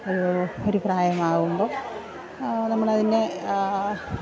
ഒരു ഒരു പ്രായമാകുമ്പം നമ്മളതിനെ